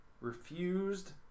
refused